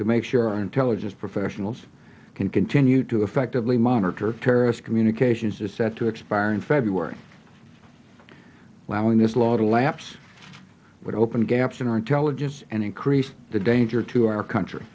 to make sure our intelligence professionals can continue to effectively monitor terrorist communications is set to expire in february allowing this law to lapse would open gaps in our intelligence and increase the danger to our country